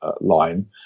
line